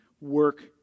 work